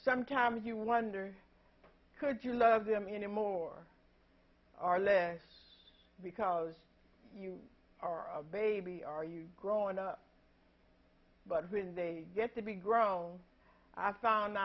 sometimes you wonder could you love them in a more or less because you are a baby are you growing up but when they get to be grown i found